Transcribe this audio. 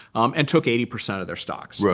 and took eighty percent of their stocks.